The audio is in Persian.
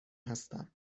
هستم